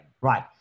right